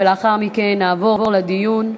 לאחר מכן נעבור לדיון.